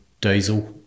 diesel